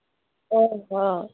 अँ अँ